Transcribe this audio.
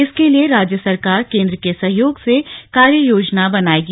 इसके लिए राज्य सरकार केन्द्र के सहयोग से कार्ययोजना बनाएगी